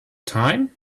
time